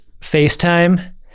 FaceTime